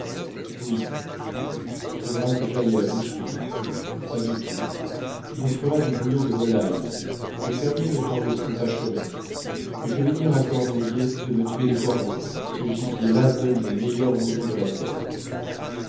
votre oui faudra que j'aille à la boucherie pas du tout tu nous feras du bouillon de volaille les fermiers ne t'en laisseront pas chômer mais je vais dire à cornoiller de me tuer des corbeaux ce gibier là donne le meilleur bouillon de la terre